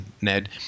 Ned